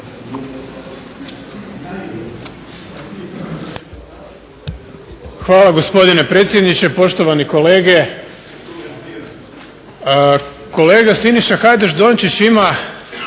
Hvala gospodine predsjedniče. Poštovani kolege. Kolega Siniša Hajdaš Dončić ima